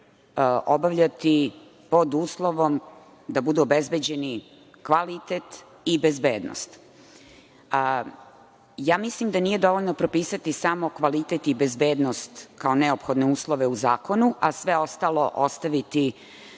obavljati pod uslovom da budu obezbeđeni kvalitet i bezbednost. Mislim da nije dovoljno propisati samo kvalitet i bezbednost kao neophodne uslove u zakonu, a sve ostalo ostaviti